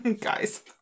guys